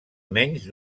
menys